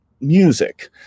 music